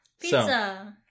Pizza